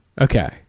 Okay